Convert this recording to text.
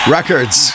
Records